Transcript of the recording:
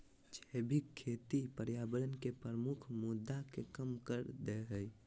जैविक खेती पर्यावरण के प्रमुख मुद्दा के कम कर देय हइ